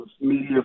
media